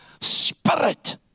spirit